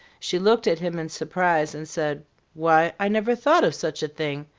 she looked at him in surprise and said why, i never thought of such a thing!